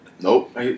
nope